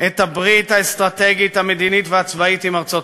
את הברית האסטרטגית המדינית והצבאית עם ארצות-הברית.